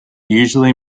usually